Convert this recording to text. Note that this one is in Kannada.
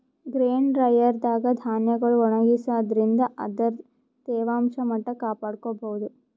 ಗ್ರೇನ್ ಡ್ರೈಯರ್ ದಾಗ್ ಧಾನ್ಯಗೊಳ್ ಒಣಗಸಾದ್ರಿನ್ದ ಅದರ್ದ್ ತೇವಾಂಶ ಮಟ್ಟ್ ಕಾಪಾಡ್ಕೊಭೌದು